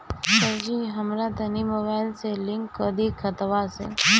सरजी हमरा तनी मोबाइल से लिंक कदी खतबा के